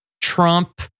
Trump